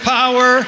power